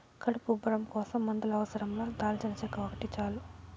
కడుపు ఉబ్బరం కోసం మందుల అవసరం లా దాల్చినచెక్క ఒకటి చాలు